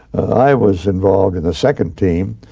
i was involved in the second team,